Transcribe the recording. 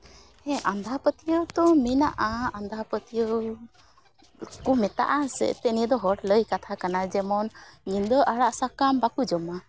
ᱦᱮᱸ ᱟᱸᱫᱷᱟ ᱯᱟᱹᱛᱭᱟᱹᱣ ᱛᱚ ᱢᱮᱱᱟᱜᱼᱟ ᱟᱸᱫᱷᱟ ᱯᱟᱹᱛᱭᱟᱹᱣ ᱠᱚ ᱢᱮᱛᱟᱜᱼᱟ ᱥᱮ ᱮᱱᱛᱮᱫ ᱱᱚᱣᱟ ᱫᱚ ᱦᱚᱲ ᱞᱟᱹᱭ ᱠᱟᱛᱷᱟ ᱠᱟᱱᱟ ᱡᱮᱢᱚᱱ ᱧᱤᱫᱟᱹ ᱟᱲᱟᱜ ᱥᱟᱠᱟᱢ ᱵᱟᱠᱚ ᱡᱚᱢᱟ